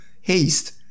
haste